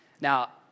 Now